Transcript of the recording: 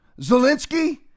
Zelensky